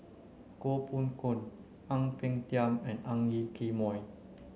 Koh Poh Koon Ang Peng Tiam and Ang Yoke Mooi